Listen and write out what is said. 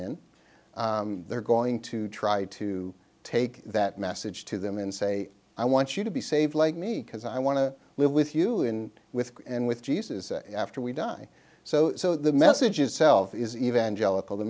in they're going to try to take that message to them and say i want you to be saved like me because i want to live with you in with and with jesus after we've done so so the message itself is evangelical the